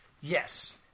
Yes